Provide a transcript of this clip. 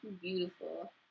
beautiful